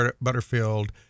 butterfield